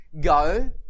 Go